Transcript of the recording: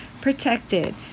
protected